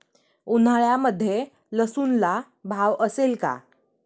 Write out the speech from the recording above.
उन्हाळ्यामध्ये लसूणला भाव असेल का?